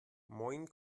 moin